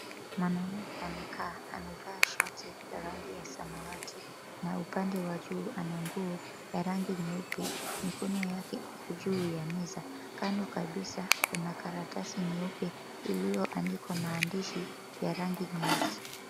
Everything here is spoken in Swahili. Mwanaume amekaa amevaa shati la rangi ya samawati na upande wa juu ana nguo ya rangi nyeupe. Mikono yake iko juu ya meza. Kando kabisa kuna karatasi nyeupe iliyoandikwa maandishi ya rangi nyeusi.